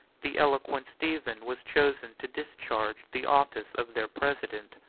the eloquent stephen was chosen to discharge the office of their president.